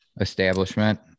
establishment